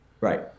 Right